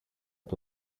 από